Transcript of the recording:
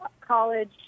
college